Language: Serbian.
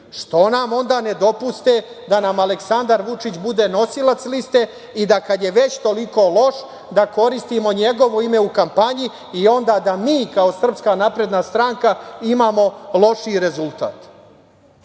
što nam onda ne dopuste da nam Aleksandar Vučić bude nosilac liste i da kad je već toliko loš, da koristimo njegovo ime u kampanji i onda da mi kao SNS imamo lošiji rezultat?